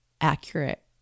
accurate